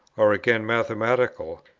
or again mathematical,